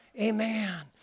Amen